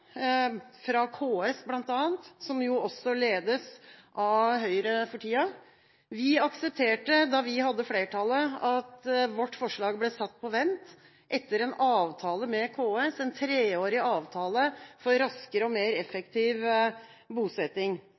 som jo også ledes av Høyre for tida. Vi aksepterte da vi hadde flertallet at vårt forslag ble satt på vent, etter en treårig avtale med KS om raskere og mer effektiv bosetting.